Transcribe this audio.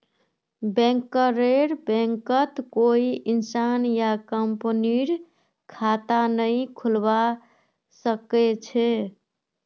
बैंकरेर बैंकत कोई इंसान या कंपनीर खता नइ खुलवा स ख छ